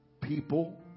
people